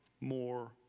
more